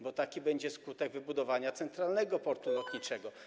Bo taki będzie skutek wybudowania centralnego portu lotniczego.